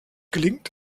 gelingt